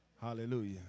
Hallelujah